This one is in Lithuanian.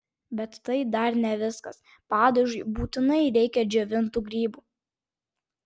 bet tai dar ne viskas padažui būtinai reikia džiovintų grybų